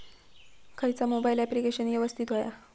खयचा mobile application यवस्तित होया?